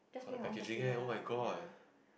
for the packaging eh oh-my-god